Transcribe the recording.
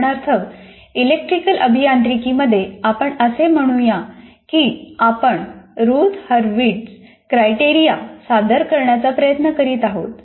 उदाहरणार्थ इलेक्ट्रिकल अभियांत्रिकीमध्ये आपण असे म्हणू या की आपण रुथ हर्विट्झ क्रॉयटेरिया सादर करण्याचा प्रयत्न करीत आहात